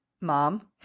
mom